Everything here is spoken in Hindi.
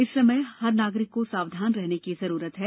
इस समय हर नागरिक को सावधान रहने की जरूरत है